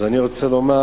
אני רוצה לומר